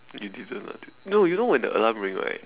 you didn't ah no you know when the alarm ring right